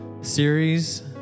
series